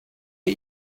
are